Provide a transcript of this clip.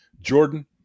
Jordan